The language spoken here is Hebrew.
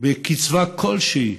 שבקצבה כלשהי,